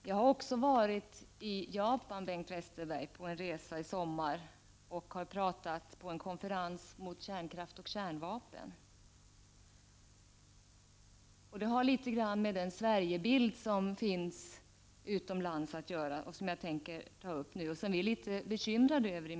Jag har också varit i Japan i sommar, Bengt Westerberg, och talat på en konferens anordnad mot kärnkraft och kärnvapen. Detta har litet grand att göra med den Sverigebild som finns utomlands och som vi inom miljöpartiet är litet bekymrade över.